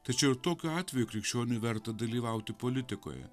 tačiau ir tokiu atveju krikščioniui verta dalyvauti politikoje